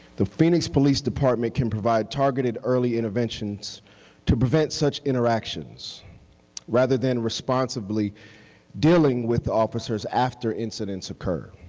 the phoenix police department can provide targeted early interventions to prevent such interactions rather than responsively dealing with officers after incidents occur.